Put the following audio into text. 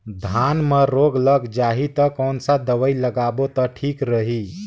धान म रोग लग जाही ता कोन सा दवाई लगाबो ता ठीक रही?